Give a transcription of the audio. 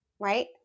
right